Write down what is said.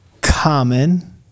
common